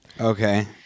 okay